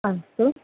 अस्तु